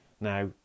Now